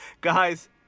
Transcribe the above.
Guys